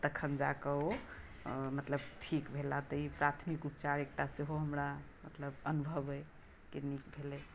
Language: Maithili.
तखन जाकऽ मतलब ओ ठीक भेलाह तऽ ई प्राथमिक उपचार एकटा सेहो हमरा अनुभव अछि ऐहिके लेल